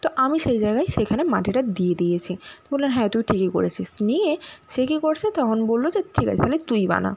তো আমি সেই জায়গায় সেখানের মাটিটা দিয়ে দিয়েছি তো বললেন হ্যাঁ তুই ঠিকই করেছিস নিয়ে সে কি করছে তখন বললো যে ঠিক আছে তাহলে তুই বানা